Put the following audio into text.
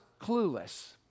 clueless